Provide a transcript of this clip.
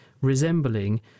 resembling